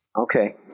Okay